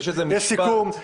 יש סיכום,